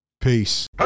Peace